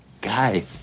guy